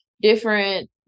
different